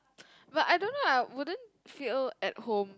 but I don't know I wouldn't feel at home